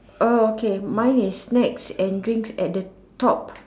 err okay mine is snacks and drinks at the top